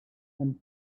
and